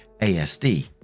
ASD